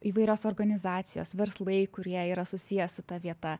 įvairios organizacijos verslai kurie yra susiję su ta vieta